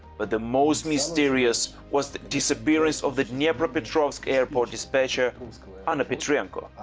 but the most mysterious was the disappearance of the dnepropetrovsk airport dispatcher anna petrenko,